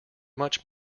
much